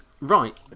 Right